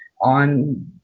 on